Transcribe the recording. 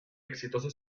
exitoso